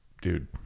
dude